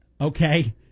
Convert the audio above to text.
Okay